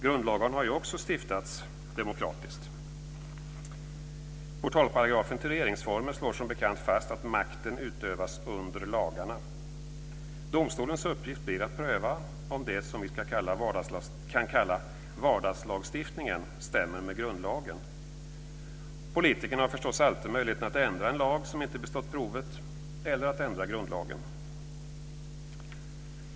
Grundlagarna har ju också stiftats demokratiskt. Portalparagrafen till regeringsformen slår som bekant fast att makten utövas under lagarna. Domstolens uppgift blir att pröva om det som vi kan kalla vardagslagstiftningen stämmer med grundlagen. Politikerna har förstås alltid möjligheten att ändra en lag som inte bestått provet eller att ändra grundlagen.